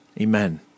Amen